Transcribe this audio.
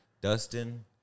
Dustin